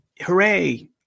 hooray